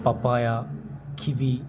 papaya kiwi